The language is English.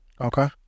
Okay